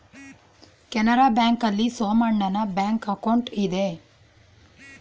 Canara bank ಆಲ್ಲಿ ಸೋಮಣ್ಣನ bank account ಇದೆ